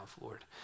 Lord